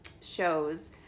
shows